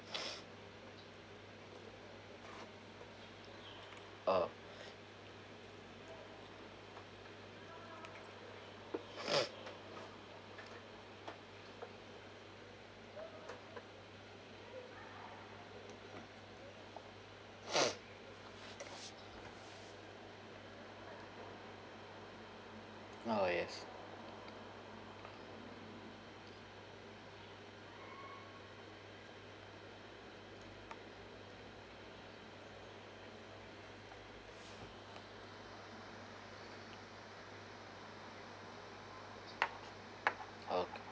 orh oh yes uh